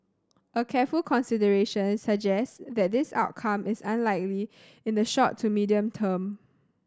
a careful consideration suggest that this outcome is unlikely in the short to medium term